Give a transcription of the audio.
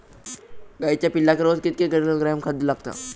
गाईच्या पिल्लाक रोज कितके किलोग्रॅम खाद्य लागता?